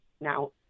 now